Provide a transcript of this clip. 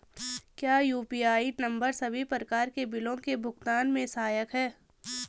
क्या UPI number सभी प्रकार के बिलों के भुगतान में सहायक हैं?